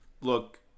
Look